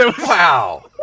wow